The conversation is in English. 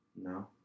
No